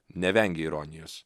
nevengė ironijos